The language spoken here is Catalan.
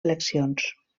eleccions